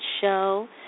show